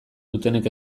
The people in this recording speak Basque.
dutenek